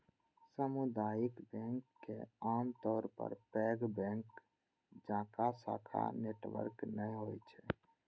सामुदायिक बैंक के आमतौर पर पैघ बैंक जकां शाखा नेटवर्क नै होइ छै